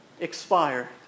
expire